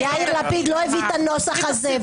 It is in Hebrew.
יאיר לפיד לא הביא את הנוסח הזה.